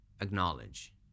acknowledge